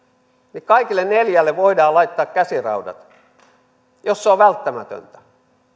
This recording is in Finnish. niin kaikille neljälle voidaan laittaa käsiraudat jos se on välttämätöntä